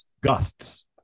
gusts